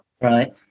Right